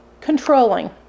controlling